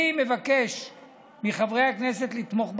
אני מבקש מחברי הכנסת לתמוך בחוק.